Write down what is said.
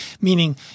Meaning